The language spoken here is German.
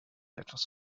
etwas